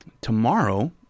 tomorrow